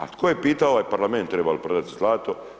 A tko je pitao ovaj parlament treba li prodati zlato?